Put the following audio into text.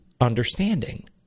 understanding